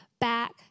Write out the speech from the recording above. back